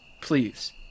Please